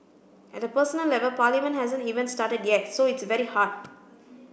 at a personal level Parliament hasn't even started yet so it's very hard